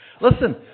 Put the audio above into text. Listen